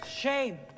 Shame